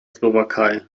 slowakei